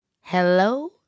Hello